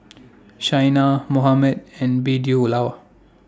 Shaina Mohammed and